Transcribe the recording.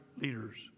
leaders